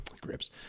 grips